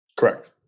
Correct